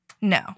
no